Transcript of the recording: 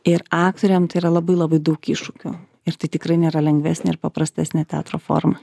ir aktoriam tai yra labai labai daug iššūkių ir tai tikrai nėra lengvesnė ar paprastesnė teatro forma